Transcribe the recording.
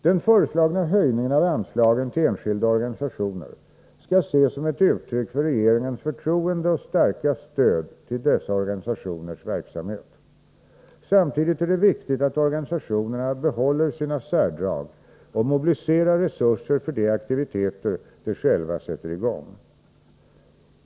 Den föreslagna höjningen av anslagen till enskilda organisationer skall ses som ett uttryck för regeringens förtroende för och starka stöd till dessa organisationers verksamhet. Samtidigt är det viktigt att organisationerna behåller sina särdrag och mobiliserar resurser för de aktiviteter de själva sätter i gång.